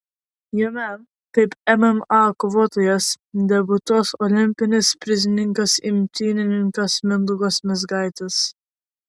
jame kaip mma kovotojas debiutuos olimpinis prizininkas imtynininkas mindaugas mizgaitis